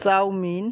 chowmein